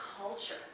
culture